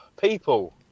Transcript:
People